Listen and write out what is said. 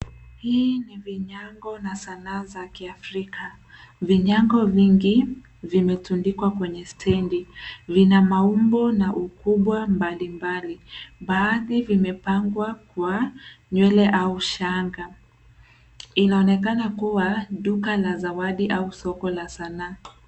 Hii ni vinyago na sanaa za kiafrika. Vinyago vingi vimetundikwa kwenye stendi. Lina maumbo na ukubwa mbalimbali, baadhi vimepangwa kwa nywele au shanga. Inaonekana kuwa duka la zawadi au soko la sanaa.